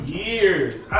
years